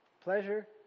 Pleasure